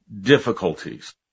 difficulties